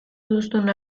duzun